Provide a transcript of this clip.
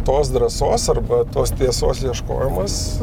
tos drąsos arba tos tiesos ieškojimas